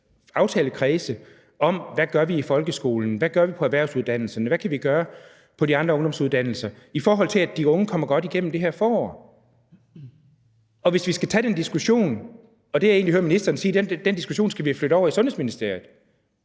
aftalekredse om, hvad vi gør i folkeskolen, hvad vi gør på erhvervsuddannelserne, og hvad vi kan gøre på de andre ungdomsuddannelser, i forhold til at de unge kommer godt igennem det her forår. Og det, jeg egentlig hører ministeren sige, er, at vi skal flytte den diskussion over i Sundhedsministeriet.